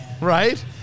right